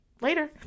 later